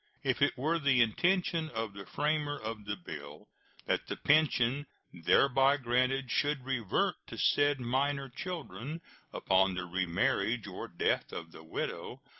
if it were the intention of the framer of the bill that the pension thereby granted should revert to said minor children upon the remarriage or death of the widow,